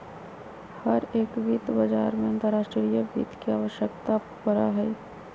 हर एक वित्त बाजार में अंतर्राष्ट्रीय वित्त के आवश्यकता पड़ा हई